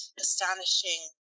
astonishing